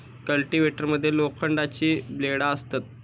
cultivator मध्ये लोखंडाची ब्लेडा असतत